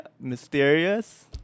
mysterious